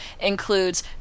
includes